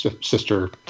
sister